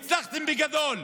הצלחתם, והצלחתם בגדול.